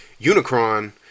Unicron